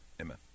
amen